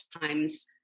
times